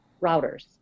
routers